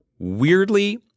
weirdly